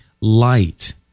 light